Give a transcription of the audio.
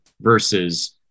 versus